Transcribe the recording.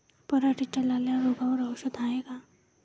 पराटीच्या लाल्या रोगावर औषध हाये का?